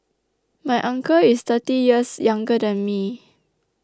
my uncle is thirty years younger than me